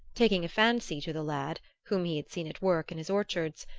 taking a fancy to the lad, whom he had seen at work in his orchards,